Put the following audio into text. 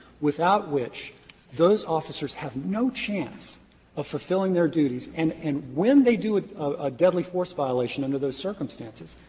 without which those officers have no chance of fulfilling their duties. and and when they do a deadly force violation under those circumstances,